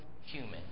human